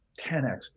10x